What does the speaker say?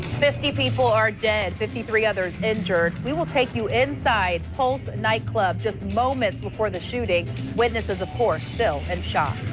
fifty people are dead. fifty three others injured. we will take you inside pulse night club moments before the shooting witnesses, of course still in shock.